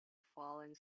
falling